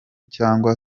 cyangwa